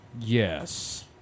yes